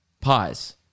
pies